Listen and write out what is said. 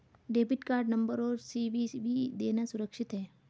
Debit card number और CVV देना सुरक्षित है?